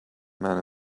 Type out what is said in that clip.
man